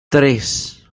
tres